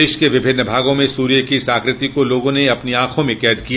देश के विभिन्न भागों में सूर्य की इस आकृति को लोगों ने अपनी आंखों में कैद किया